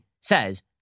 says